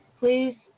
Please